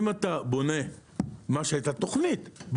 אם אתה בונה את התוכנית,